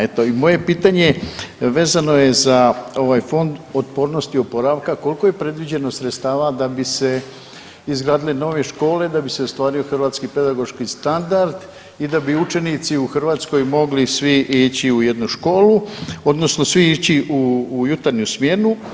Eto i moje pitanje vezano je za ovaj Fond otpornosti i oporavka koliko je predviđeno sredstva da bi se izgradile nove škole, da bi se ostvario hrvatski pedagoški standard i da bi učenici u Hrvatskoj mogli svi ići u jednu školu odnosno svi ići u jutarnju smjenu.